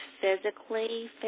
physically